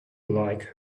like